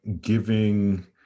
giving –